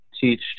teach